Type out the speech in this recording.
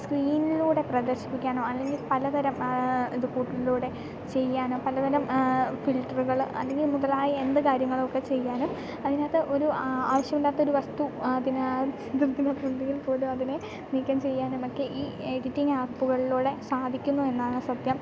സ്ക്രീനിലൂടെ പ്രദർശിപ്പിക്കാനോ അല്ലെങ്കിൽ പലതരം ഇത് കൂട്ടിലൂടെ ചെയ്യാനോ പലതരം ഫിൽറ്ററുകൾ അല്ലെങ്കിൽ മുതലായ എന്തു കാര്യങ്ങളൊക്കെ ചെയ്യാനും അതിനകത്ത് ഒരു ആവശ്യമില്ലാത്തൊരു വസ്തു അതിനകത്തുണ്ടെങ്കിൽ പോലും അതിനെ നീക്കം ചെയ്യാനുമൊക്കെ ഈ എഡിറ്റിംഗ് ആപ്പുകളിലൂടെ സാധിക്കുന്നു എന്നാണ് സത്യം